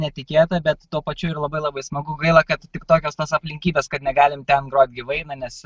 netikėta bet tuo pačiu ir labai labai smagu gaila kad tik tokios tos aplinkybės kad negalim ten grot gyvai na nes